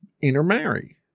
intermarry